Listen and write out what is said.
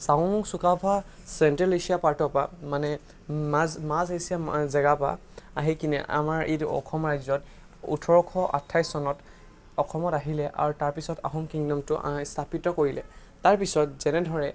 Chaolung Sukaphaa central Asia পাৰ্টৰ পৰা মানে মাজ মাজ এছিয়া মা জেগাৰ পা আহি কিনে আমাৰ এইটো অসম ৰাজ্যত ওঠৰশ আঠাইছ চনত অসমত আহিলে আৰু তাৰ পিছত আহোম কিংদমটো স্থাপিত কৰিলে তাৰ পিছত যেনে ধৰে